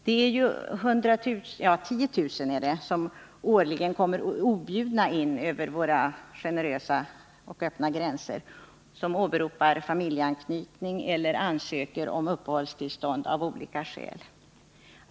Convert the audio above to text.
Årligen kommer 10 000 människor objudna in över våra generöst öppna gränser och åberopar familjeanknytning eller ansöker om uppehållstillstånd av olika andra skäl.